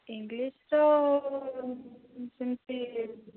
ଇଂଲିଶ୍ର ସେମିତି